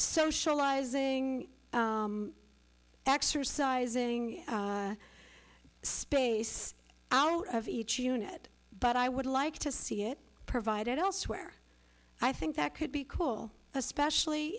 socializing exercising space out of each unit but i would like to see it provided elsewhere i think that could be cool especially